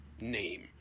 name